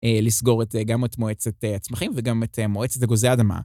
לסגור גם את מועצת הצמחים וגם את מועצת אגוזי אדמה.